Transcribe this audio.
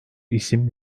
isim